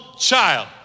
child